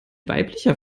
weiblicher